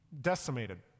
decimated